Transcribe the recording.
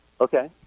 Okay